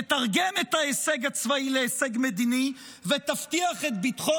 תתרגם את ההישג הצבאי להישג מדיני ותבטיח את ביטחון